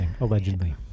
allegedly